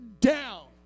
down